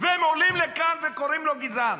והם עולים לכאן וקוראים לו "גזען".